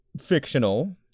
fictional